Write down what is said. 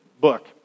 book